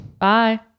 bye